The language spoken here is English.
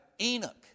Enoch